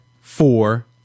four